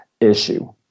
issue